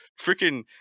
freaking